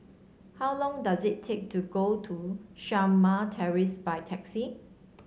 how long does it take to go to Shamah Terrace by taxi